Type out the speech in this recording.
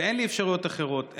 ואין לי אפשרויות אחרות,